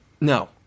No